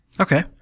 Okay